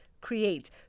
create